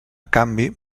canvi